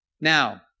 Now